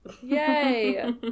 Yay